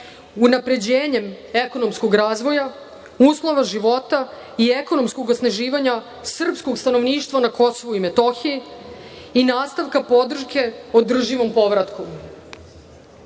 unapređenjem ekonomskog razvoja, uslova života i ekonomskog osnaživanja srpskog stanovništva na Kosovu i Metohiji i nastavka podrške održivom povratku. Potrebno